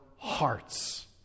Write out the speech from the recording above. hearts